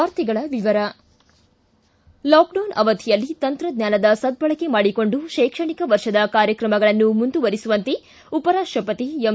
ವಾರ್ತೆಗಳ ವಿವರ ಲಾಕ್ಡೌನ್ ಅವಧಿಯಲ್ಲಿ ತಂತ್ರಜ್ಞಾನದ ಸದ್ದಳಕೆ ಮಾಡಿಕೊಂಡು ಶೈಕ್ಷಣಿಕ ವರ್ಷದ ಕಾರ್ಯಕ್ರಮಗಳನ್ನು ಮುಂದುವರಿಸುವಂತೆ ಉಪರಾಷ್ಟಪತಿ ಎಂ